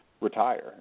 retire